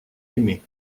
aimé